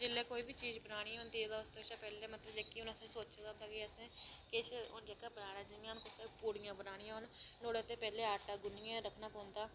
जेल्लै कोई बी चीज बनानी होंदी तां उस मतलब जेह्की असें सोचें दा होंदा कि किश हून जेह्का बनाना जियां असें पूड़ियां बनानियां होन नुआढ़े आस्तै पैह्लें आटा गुन्नियै रक्खना पौंदा